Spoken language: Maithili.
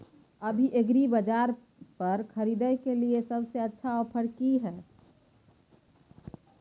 अभी एग्रीबाजार पर खरीदय के लिये सबसे अच्छा ऑफर की हय?